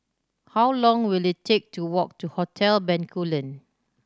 how long will it take to walk to Hotel Bencoolen